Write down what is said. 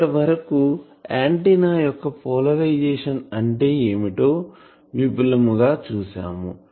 ఇప్పటివరకు ఆంటిన్నా యొక్క పోలరైజేషన్ అంటే ఏమిటో విపులముగా చూసాం